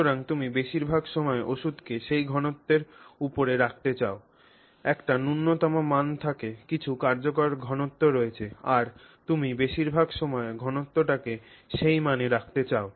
সুতরাং তুমি বেশিরভাগ সময় ওষুধকে সেই ঘনত্বের উপরে রাখতে চাও একটা ন্যূনতম মান থাকে কিছু কার্যকর ঘনত্ব রয়েছে আর তুমি বেশিরভাগ সময়ে ঘনত্বটিকে সেই মানে রাখতে চাও